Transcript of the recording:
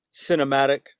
cinematic